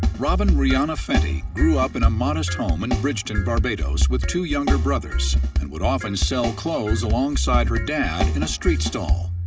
robyn rihanna fenty grew up in a modest home in bridgetown, barbados, with two younger brothers and would often sell clothes alongside her dad in a street stall.